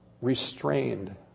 restrained